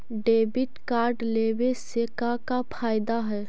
Debit card लेवे से का का फायदा है?